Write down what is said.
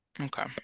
Okay